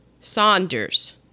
Saunders